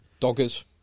Doggers